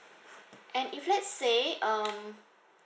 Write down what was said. and if let's say um